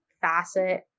facet